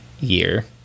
year